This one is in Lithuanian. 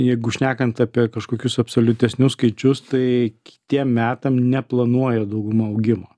jeigu šnekant apie kažkokius absoliutesnius skaičius tai kitiem metam neplanuoja dauguma augimo